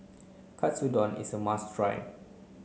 Katsudon is a must try